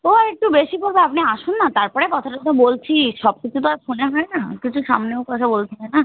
ও একটু বেশি পড়বে আপনি আসুন না তারপরে কথা টথা বলছি সব কিছু তো আর ফোনে হয় না কিছু সামনেও কথা বলতে হয় না